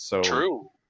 True